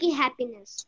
happiness